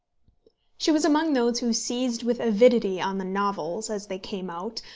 she was among those who seized with avidity on the novels, as they came out,